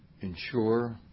ensure